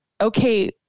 okay